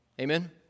Amen